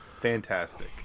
fantastic